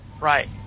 Right